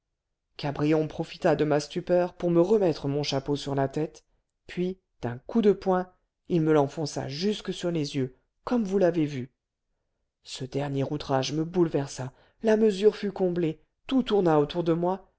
cabrion profita de ma stupeur pour me remettre mon chapeau sur la tête puis d'un coup de poing il me l'enfonça jusque sur les yeux comme vous l'avez vu ce dernier outrage me bouleversa la mesure fut comblée tout tourna autour de moi